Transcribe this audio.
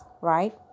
right